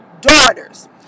daughters